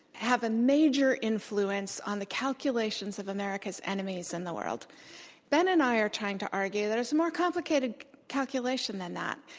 have a major influence on the calculations of america's enemies in the world. and ben and i are trying to argue there's a more complicated calculation than that.